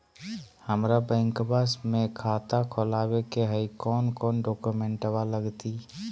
हमरा बैंकवा मे खाता खोलाबे के हई कौन कौन डॉक्यूमेंटवा लगती?